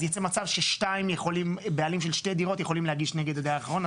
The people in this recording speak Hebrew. אז יצא מצב שבעלים של שתי דירות יכולים להגיש נגד הדייר האחרון,